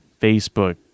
Facebook